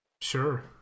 Sure